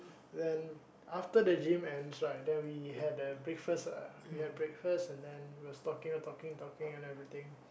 then after the gym ends right then we had the breakfast lah we have breakfast then we was talking talking and everything